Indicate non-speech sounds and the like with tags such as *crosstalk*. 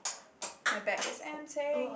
*noise* my bag is empty